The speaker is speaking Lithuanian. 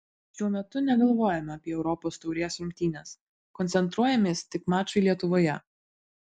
šiuo metu negalvojame apie europos taurės rungtynes koncentruojamės tik mačui lietuvoje